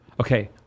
Okay